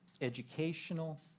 educational